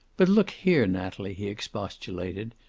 but, look here, natalie, he expostulated.